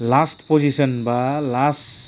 last position एबा last